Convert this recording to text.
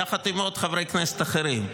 יחד עם עוד חברי כנסת אחרים,